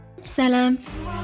salam